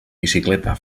bicicleta